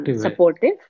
supportive